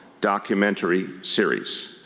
documentary series.